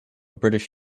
british